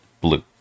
blue